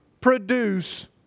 produce